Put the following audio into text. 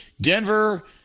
Denver